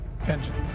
vengeance